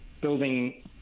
building